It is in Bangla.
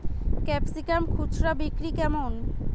ক্যাপসিকাম খুচরা বিক্রি কেমন?